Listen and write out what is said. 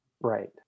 Right